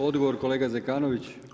Odgovor kolega Zekanović.